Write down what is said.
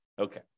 Okay